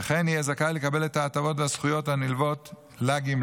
וכן יהיה זכאי לקבל את ההטבות והזכויות הנלוות לגמלה.